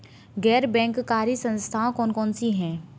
गैर बैंककारी संस्थाएँ कौन कौन सी हैं?